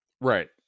Right